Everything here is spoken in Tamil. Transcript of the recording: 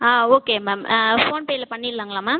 ஆ ஓகே மேம் ஃபோன்பேயில் பண்ணிடலாங்களா மேம்